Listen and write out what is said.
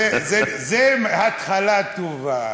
זו התחלה טובה.